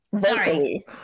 Sorry